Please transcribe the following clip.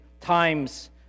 times